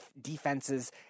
defenses